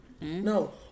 No